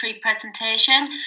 presentation